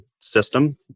system